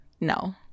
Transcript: no